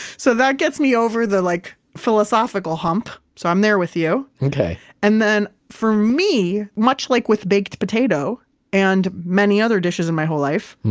so that gets me over the like philosophical hump. so i'm there with you. and then for me, much like with baked potato and many other dishes in my whole life,